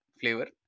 flavor